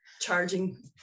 charging